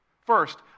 First